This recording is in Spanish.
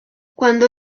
cuando